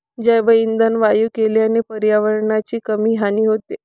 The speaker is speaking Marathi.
जैवइंधन वायू केल्याने पर्यावरणाची कमी हानी होते